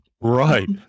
Right